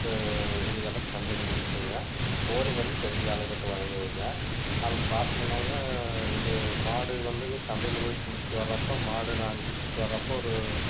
இதுகலாம் சந்தையில் பிடிப்போங்க கோழி வந்து தெரிஞ்ச ஆளுங்ககிட்ட வாங்கிக்குவோங்க அப்படி பார்த்தோமுன்னாங்க இது மாடு வந்துங்க சந்தையில் போய் பிடிச்சிட்டு வரப்போ மாடு நாங்கள் பிடிச்சிட்டு வரப்போ ஒரு